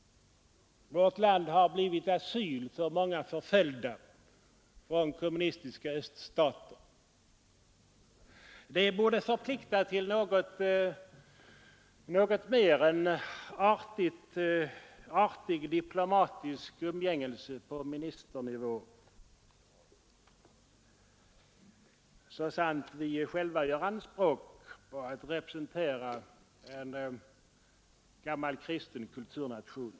Vårt land har blivit asyl för många förföljda från kommunistiska öststater. Det borde förpliktiga till något mer än bara artig diplomatisk umgängelse på ministernivå — så sant vi själva gör anspråk på att representera en gammal kristen kulturnation.